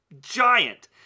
giant